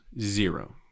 zero